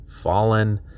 fallen